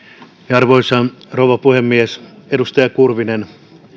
arvoisa rouva puhemies edustaja kurvinen